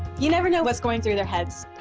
you never know what's going through their heads